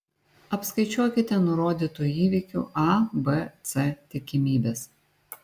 apskaičiuokite nurodytų įvykių a b c tikimybes